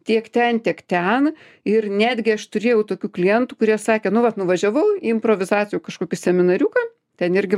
tiek ten tiek ten ir netgi aš turėjau tokių klientų kurie sakė nu vat nuvažiavau į improvizacijų kažkokį seminariuką ten irgi